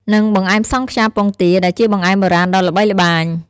និង បង្អែមសង់ខ្យាពងទា ដែលជាបង្អែមបុរាណដ៏ល្បីល្បាញ។